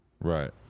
Right